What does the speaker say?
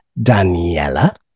Daniela